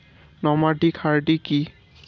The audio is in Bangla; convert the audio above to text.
নমাডিক হার্ডি কি?